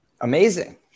Amazing